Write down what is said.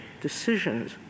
decisions